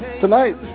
Tonight